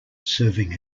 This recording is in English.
serving